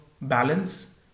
balance